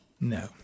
No